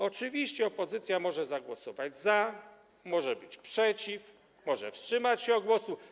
Oczywiście opozycja może zagłosować za, może być przeciw, może wstrzymać się od głosu.